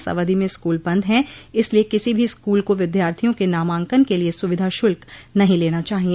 इस अवधि में स्कूल बंद हैं इसलिए किसी भी स्कूल को विद्यार्थियों के नामांकन के लिए सुविधा शुल्क नहीं लेना चाहिए